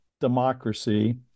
democracy